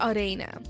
Arena